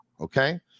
okay